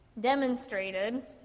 Demonstrated